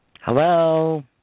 Hello